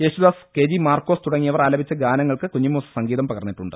Yesudas K G Markose തുടങ്ങിയവർ ആലപിച്ച ഗാനങ്ങൾക്ക് കുഞ്ഞിമൂസ സംഗീതം പകർന്നിട്ടുണ്ട്